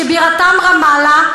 שבירתם רמאללה,